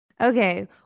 Okay